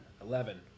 Eleven